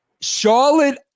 charlotte